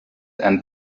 and